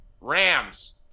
rams